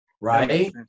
Right